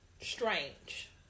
Strange